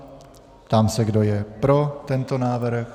Ptám se, kdo je pro tento návrh.